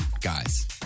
guys